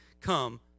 come